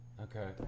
Okay